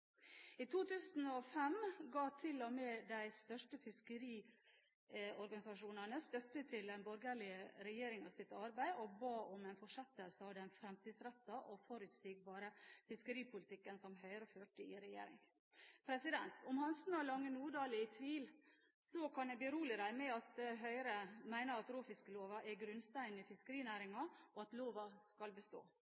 I 2005 ga til og med de største fiskeriorganisasjonene støtte til den borgerlige regjeringens arbeid og ba om en fortsettelse av den fremtidsrettede og forutsigbare fiskeripolitikken som Høyre førte i regjering. Om Hansen og Lange Nordahl er i tvil, så kan jeg berolige dem med at Høyre mener at råfiskloven er grunnsteinen i